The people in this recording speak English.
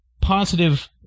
positive